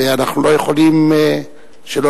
ואנחנו לא יכולים שלא,